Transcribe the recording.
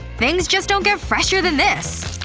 things just don't get fresher than this!